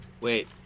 Wait